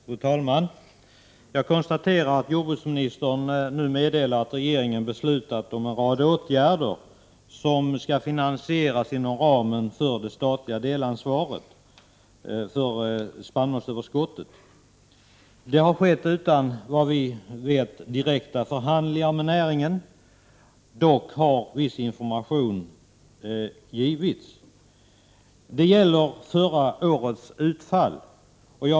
Fru talman! Jag konstaterar att jordbruksministern nu meddelar att regeringen beslutat om en rad åtgärder som skall finansieras inom ramen för det statliga delansvaret för spannmålsöverskottet. Det har skett, såvitt vi vet, utan direkta förhandlingar med näringen. Dock har viss information givits. Det gäller förra årets utfall.